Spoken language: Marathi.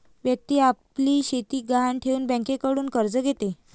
व्यक्ती आपली शेती गहाण ठेवून बँकेकडून कर्ज घेते